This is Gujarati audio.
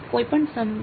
કોઈપણ સંબંધમાં